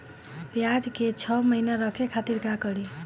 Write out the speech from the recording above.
प्याज के छह महीना रखे खातिर का करी?